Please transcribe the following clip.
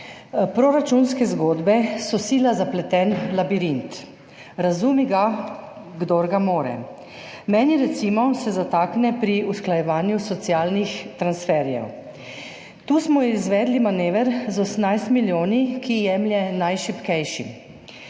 Proračunske zgodbe so sila zapleten labirint, razumi ga, kdor ga more. Meni, recimo, se zatakne pri usklajevanju socialnih transferjev. Tu smo izvedli manever z 18 milijoni, ki jemlje najšibkejšim,